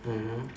mmhmm